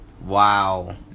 Wow